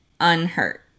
unhurt